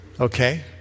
okay